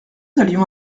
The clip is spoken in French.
allions